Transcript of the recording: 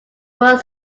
were